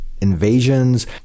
invasions